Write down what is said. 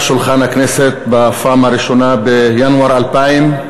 שולחן הכנסת בפעם הראשונה בינואר 2000,